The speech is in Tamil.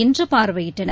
இன்றுபார்வையிட்டனர்